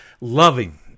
loving